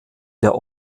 der